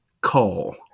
call